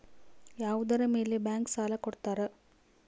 ಯಾವುದರ ಮೇಲೆ ಬ್ಯಾಂಕ್ ಸಾಲ ಕೊಡ್ತಾರ?